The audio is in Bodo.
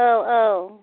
औ औ